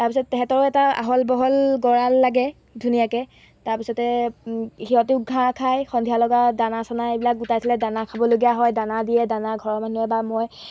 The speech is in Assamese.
তাৰপিছত তাহাঁতৰো এটা আহল বহল গঁৰাল লাগে ধুনীয়াকৈ তাৰপিছতে সিহঁতেও ঘাঁহ খায় সন্ধিয়া লগা দানা চানা এইবিলাক গোটাই থ'লে দানা খাবলগীয়া হয় দানা দিয়ে দানা ঘৰৰ মানুহে বা মই